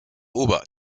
ober